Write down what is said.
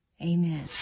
Amen